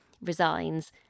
resigns